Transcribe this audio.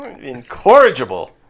Incorrigible